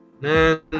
man